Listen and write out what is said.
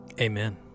amen